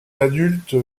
adultes